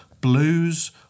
Blues